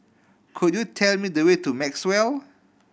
could you tell me the way to Maxwell